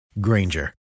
Granger